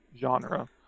genre